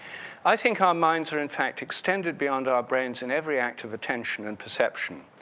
i think our minds are in fact extended beyond our brains in every act of attention and perception.